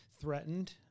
threatened